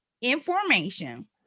Information